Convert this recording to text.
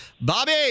Bobby